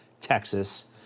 Texas